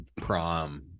prom